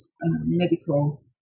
medical